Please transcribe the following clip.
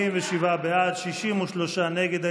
47 בעד, 63 נגד.